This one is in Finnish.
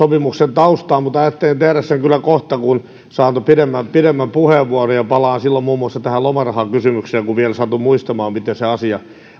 taustaa mutta ajattelin tehdä sen kyllä kohta kun saan pidemmän puheenvuoron ja palaan silloin muun muassa tähän lomarahakysymykseen kun vielä satun muistamaan miten se asia